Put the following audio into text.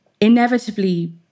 Inevitably